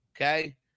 okay